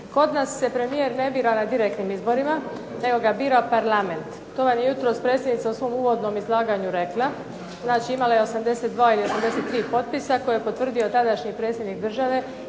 Kod nas se premijer ne bira na direktnim izborima nego ga bira Parlament. To vam je jutros predsjednica u svom uvodnom izlaganju rekla, znači imala je 82 ili 83 potpisa koje je potvrdio tadašnji predsjednik države